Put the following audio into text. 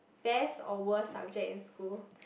best or worst subject in school